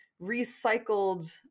recycled